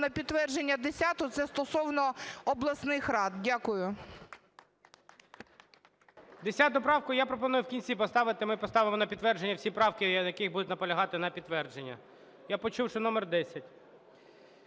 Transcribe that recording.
на підтвердження – 10-у, це стосовно обласних рад. Дякую. ГОЛОВУЮЧИЙ. 10 правку я пропоную в кінці поставити. Ми поставимо на підтвердження всі правки, на яких будуть наполягати на підтвердження. Я почув, що номер 10.